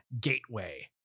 gateway